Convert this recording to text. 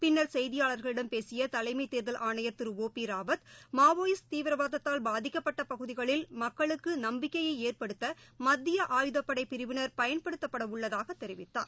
பின்னர் செய்தியாளர்களிடம் பேசிய தலைமை தேர்தல் ஆணையர் திரு ஒ பி ராவத் மாவோயிஸ்ட் தீவிரவாதத்தால் பாதிக்கப்பட்ட பகுதிகளில் மக்களுக்கு நப்பிக்கையை ஏற்படுத்த மத்திய ஆயுதப்படை பிரிவினர் பயன்படுத்தப்பட உள்ளதாக தெரிவித்தார்